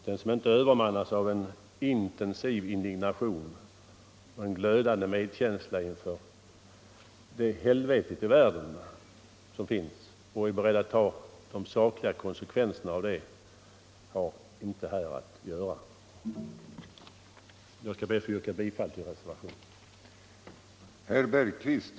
Den som inte övermannas av en intensiv = för svältdrabbade indignation och en glödande medkänsla inför det helvete som finns i — länder världen och som inte är beredd att ta de sakliga konsekvenserna av det har inte här att göra. Jag ber att få yrka bifall till reservationen.